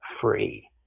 free